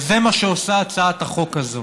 וזה מה שעושה הצעת החוק הזו.